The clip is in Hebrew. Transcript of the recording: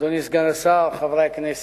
אדוני סגן השר, חברי הכנסת,